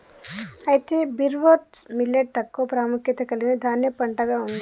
అయితే barnyard millet తక్కువ ప్రాముఖ్యత కలిగిన ధాన్యపు పంటగా ఉంది